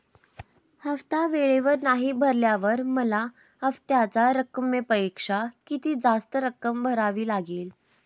हफ्ता वेळेवर नाही भरल्यावर मला हप्त्याच्या रकमेपेक्षा किती जास्त रक्कम भरावी लागेल?